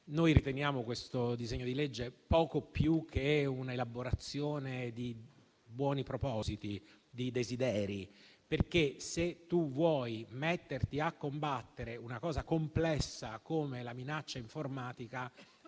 Noi riteniamo questo disegno di legge poco più che un'elaborazione di buoni propositi, di desideri. Se si vuole combattere una cosa così complessa come la minaccia informatica,